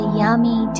yummy